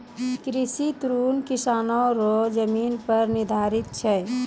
कृषि ऋण किसानो रो जमीन पर निर्धारित छै